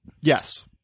Yes